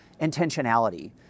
intentionality